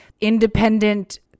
independent